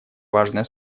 важное